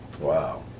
Wow